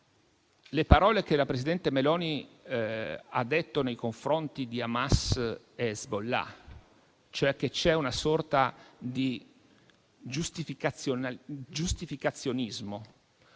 alle parole che la presidente Meloni ha detto nei confronti di Hamas e Hezbollah, e cioè che c'è una sorta di giustificazionismo.